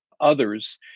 others